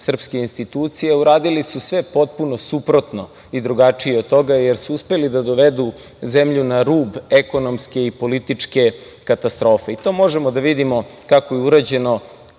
srpske institucije. Uradili su sve potpuno suprotno i drugačije od toga, jer su uspeli da dovedu zemlju na rub ekonomske i političke katastrofe. To možemo da vidimo kako je urađeno